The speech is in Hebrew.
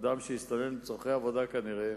אדם שהסתנן לצורכי עבודה כנראה